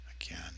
again